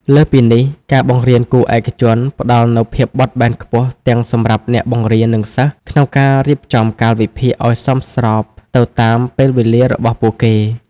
លើសពីនេះ ការបង្រៀនគួរឯកជនផ្តល់នូវភាពបត់បែនខ្ពស់ទាំងសម្រាប់អ្នកបង្រៀន និងសិស្ស ក្នុងការរៀបចំកាលវិភាគឲ្យសមស្របទៅតាមពេលវេលារបស់ពួកគេ។